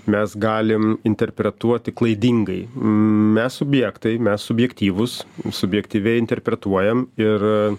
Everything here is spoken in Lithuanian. mes galim interpretuoti klaidingai mes subjektai mes subjektyvūs subjektyviai interpretuojam ir